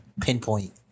pinpoint